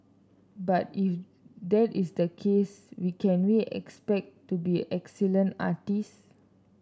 but if that is the case we can we expect to be excellent artists